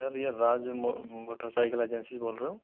sir ये Raj motorcycle agency से बोल रहे हो